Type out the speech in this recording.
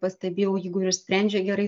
pastebėjau jeigu ir išsprendžia gerai